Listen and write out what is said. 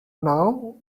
now